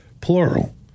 plural